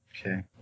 Okay